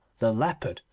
the leopard,